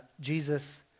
Jesus